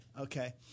okay